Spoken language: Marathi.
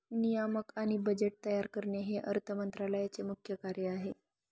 नियामक आणि बजेट तयार करणे हे अर्थ मंत्रालयाचे मुख्य कार्य आहे